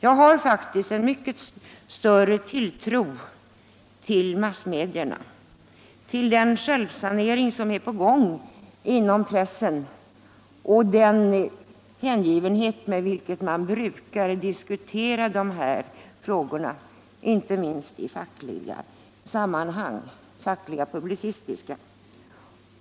Jag har faktiskt mycket större tilltro till massmedierna — till den självsanering som är på gång inom pressen och den hängivenhet med vilken den diskuterar dessa frågor, inte minst i fackligt publicistiska sammanhang.